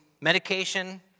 Medication